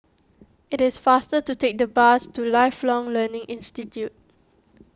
it is faster to take the bus to Lifelong Learning Institute